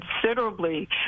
considerably